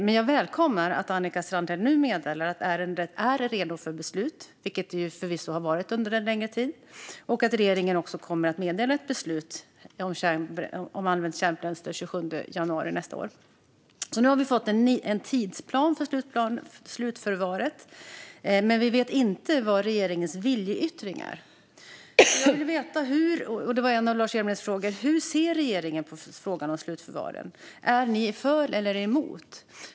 Men jag välkomnar att Annika Strandhäll nu meddelar att ärendet är redo för beslut, vilket det förvisso har varit under en längre tid, och att regeringen kommer att meddela ett beslut om slutförvar av använt kärnbränsle den 27 januari 2022. Nu har vi fått en tidsplan för slutförvaret. Men vi vet inte vad regeringens vilja är. Jag vill veta - det var också en av Lars Hjälmereds frågor - hur regeringen ser på frågan om slutförvar. Är ni för eller emot?